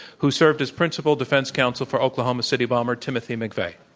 who served as principal defense counsel for oklahoma city bomber timothy mcveigh.